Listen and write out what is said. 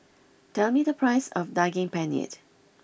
tell me the price of Daging Penyet